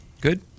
Good